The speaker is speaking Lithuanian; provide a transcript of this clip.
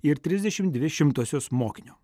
ir trisdešim dvi šimtosios mokinio